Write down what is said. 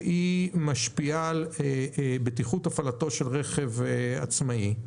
שמשפיעה על בטיחות הפעלתו של רכב עצמאי,